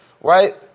right